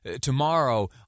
Tomorrow